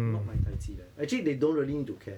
not my daiji leh actually they don't really need to care